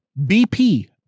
BP